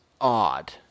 odd